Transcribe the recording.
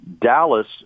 Dallas